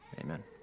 Amen